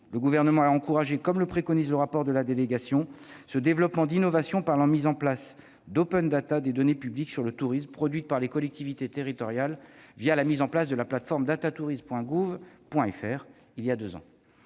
Le Gouvernement a encouragé, comme le préconise le rapport de la délégation, ce développement d'innovations par la mise en des données publiques sur le tourisme produites par les collectivités territoriales, la mise en place de la plateforme datatourisme.gouv.fr, il y a deux ans.